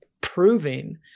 proving